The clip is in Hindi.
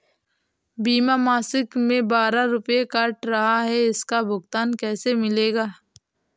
बीमा मासिक में बारह रुपय काट रहा है इसका भुगतान कैसे मिलेगा?